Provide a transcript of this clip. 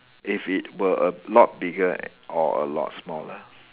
if it were a lot bigger or a lot smaller